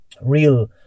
real